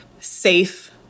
safe